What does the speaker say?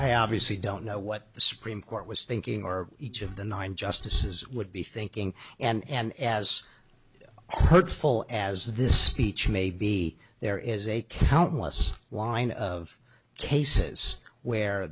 i obviously don't know what the supreme court was thinking or each of the nine justices would be thinking and as full as this speech may be there is a countless line of cases where